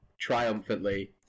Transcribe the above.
triumphantly